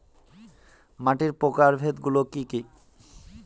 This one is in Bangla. মাটির প্রকারভেদ গুলো কি কী?